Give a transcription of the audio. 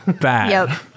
bad